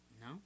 No